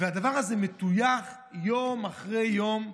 והדבר הזה מטויח יום אחרי יום.